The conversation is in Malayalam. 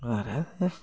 വേറെ എന്താ